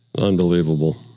Unbelievable